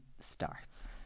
starts